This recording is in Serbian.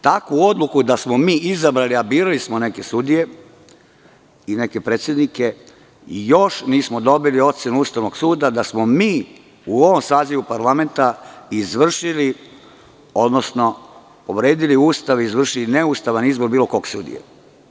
Takvu odluku da smo izabrali, a birali smo neke sudije i neke predsednike, još nismo dobili, ocenu Ustavnog suda da smo mi u ovom sazivu parlamenta izvršili, odnosno povredili Ustav i izvršili neustavan izbor bilo kog sudije.